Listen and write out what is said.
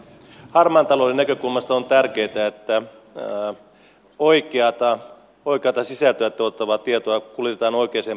harmaan talouden näkökulmasta on tärkeätä että oikeata sisältöä tuottavaa tietoa kuljetetaan oikeaan paikkaan